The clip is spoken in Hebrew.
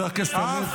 אחד עוד לא התפטר.